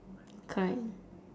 kind